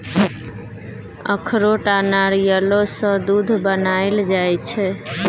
अखरोट आ नारियलो सँ दूध बनाएल जाइ छै